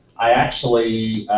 i actually